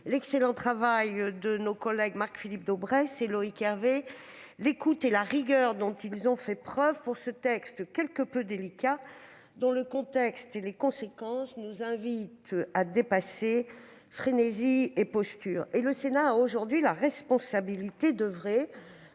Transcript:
l'excellent travail de nos rapporteurs, Marc-Philippe Daubresse et Loïc Hervé, l'écoute et la rigueur dont ils ont fait preuve pour ce texte quelque peu délicat, dont le contexte et les conséquences nous invitent à dépasser frénésie et posture. Le Sénat a aujourd'hui la responsabilité d'oeuvrer